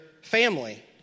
family